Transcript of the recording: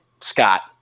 Scott